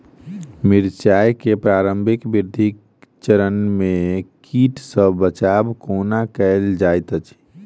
मिर्चाय केँ प्रारंभिक वृद्धि चरण मे कीट सँ बचाब कोना कैल जाइत अछि?